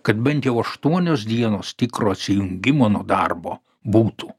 kad bent jau aštuonios dienos tikro atsijungimo nuo darbo būtų